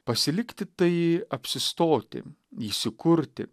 pasilikti tai apsistoti įsikurti